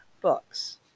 books